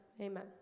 Amen